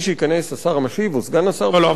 משייכנס השר המשיב, או סגן השר, לא, לא.